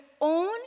own